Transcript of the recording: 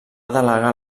delegar